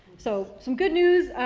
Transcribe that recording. so some good news,